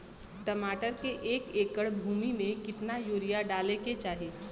टमाटर के एक एकड़ भूमि मे कितना यूरिया डाले के चाही?